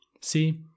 See